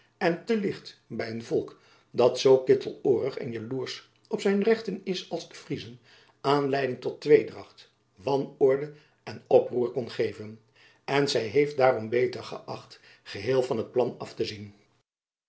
en te licht by een volk dat zoo kitteloorig en jaloersch op zijn rechten is als de friezen aanleiding tot tweedracht wanorde en oproer kon geven en zy heeft daarom beter geacht geheel van het plan af te zien